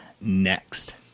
next